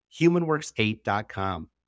humanworks8.com